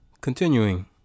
Continuing